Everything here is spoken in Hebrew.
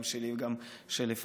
גם שלי וגם לפניי,